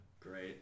great